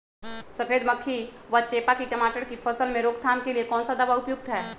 सफेद मक्खी व चेपा की टमाटर की फसल में रोकथाम के लिए कौन सा दवा उपयुक्त है?